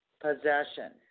possession